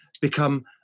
become